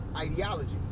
ideology